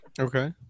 Okay